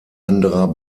anderer